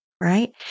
right